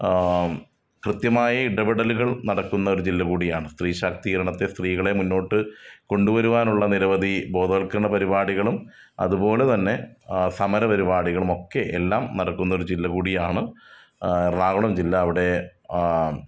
കൃത്യമായി ഇടപെടലുകൾ നടക്കുന്ന ഒരു ജില്ല കൂടിയാണ് സ്ത്രീശാക്തീകരണത്തെ സ്ത്രീകളെ മുന്നോട്ട് കൊണ്ട് വരുവാനുള്ള നിരവധി ബോധവൽക്കരണ പരിപാടികളും അതുപോലെ തന്നെ സമരപരിപാടികളുമൊക്കെ എല്ലാം നടക്കുന്ന ഒരു ജില്ല കൂടിയാണ് എറണാകുളം ജില്ല അവിടേക്ക്